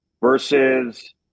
versus